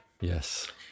Yes